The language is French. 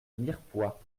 mirepoix